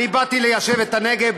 אני באתי ליישב את הנגב,